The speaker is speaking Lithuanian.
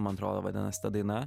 man atrodo vadinasi ta daina